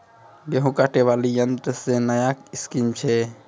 गेहूँ काटे बुलाई यंत्र से नया स्कीम छ?